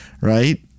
right